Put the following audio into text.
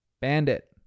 bandit